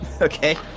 Okay